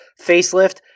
facelift